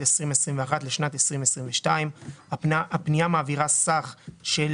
2021 לשנת 2022. הפנייה מעבירה סך של